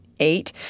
eight